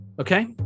Okay